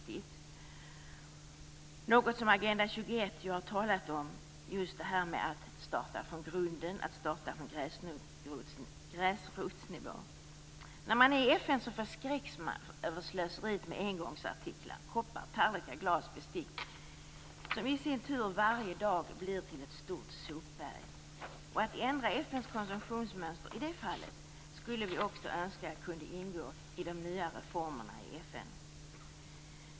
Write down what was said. Det gäller något som vi har talat om i samband med Agenda 21, dvs. att starta från grunden och från gräsrotsnivå. När man är i FN förskräcks man över slöseriet med engångsartiklar - koppar, tallrikar, glas och bestick - som varje dag blir till ett stort sopberg. Vi skulle önska att en ändring av FN:s konsumtionsmönster i det fallet kunde ingå i de nya reformerna i FN.